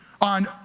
on